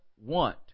want